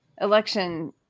election